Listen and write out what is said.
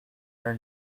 her